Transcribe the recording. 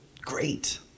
great